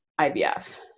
IVF